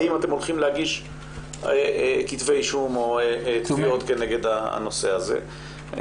האם אתם הולכים להגיש כתבי אישום או תביעות כנגד הנושא הזה,